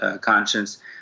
conscience